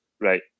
right